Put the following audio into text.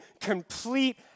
complete